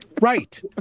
right